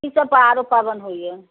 की सभ आरो पाबनि होइए